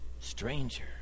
stranger